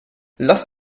lass